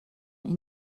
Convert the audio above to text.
این